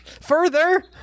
further